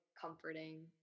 comforting